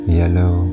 yellow